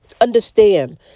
understand